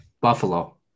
Buffalo